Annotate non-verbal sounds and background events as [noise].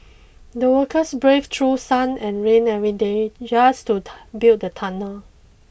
the workers braved through sun and rain every day just to [unintelligible] build the tunnel